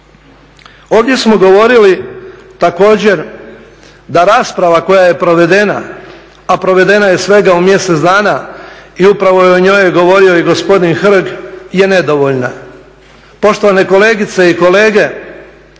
Ovdje smo govorili također da rasprava koja je provedena, a provedena je svega u mjesec dana i upravo je o njoj govorio i gospodin Hrg je nedovoljna.